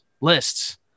lists